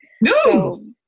No